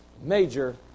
major